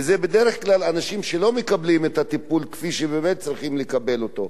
וזה בדרך כלל אנשים שלא מקבלים את הטיפול כפי שבאמת צריכים לקבל אותו.